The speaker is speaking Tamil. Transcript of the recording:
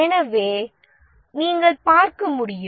எனவே நீங்கள் பார்க்க முடியும்